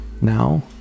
now